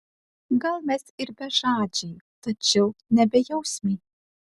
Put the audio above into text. gal mes ir bežadžiai tačiau ne bejausmiai